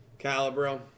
Calibro